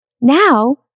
Now